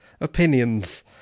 opinions